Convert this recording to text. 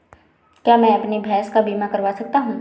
क्या मैं अपनी भैंस का बीमा करवा सकता हूँ?